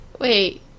wait